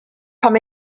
pam